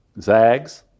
Zags